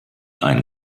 ein